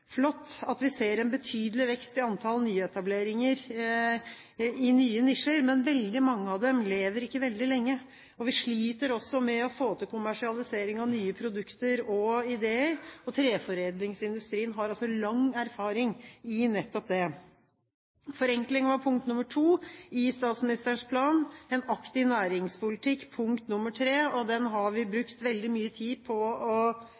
flott at vi ser en betydelig vekst i antall nyetableringer i nye nisjer, men veldig mange av dem lever ikke veldig lenge. Og vi sliter også med å få til kommersialisering av nye produkter og ideer. Treforedlingsindustrien har altså lang erfaring i nettopp det. Forenkling var punkt nr. 2 i statsministerens plan. En aktiv næringspolitikk var punkt nr. 3, og det har vi brukt veldig mye tid på å